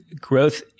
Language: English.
growth